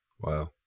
Wow